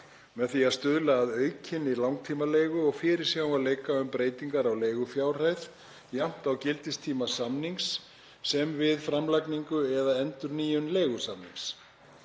með því að stuðla að aukinni langtímaleigu og fyrirsjáanleika um breytingar á leigufjárhæð jafnt á gildistíma samnings sem og við framlagningu eða endurnýjun leigusamnings.